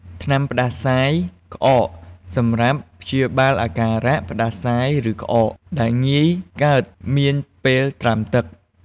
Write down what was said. ថ្នាំផ្តាសាយ ក្អក សម្រាប់ព្យាបាលអាការៈផ្តាសាយ ឬក្អកដែលងាយកើតមានពេលត្រាំទឹក។